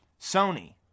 Sony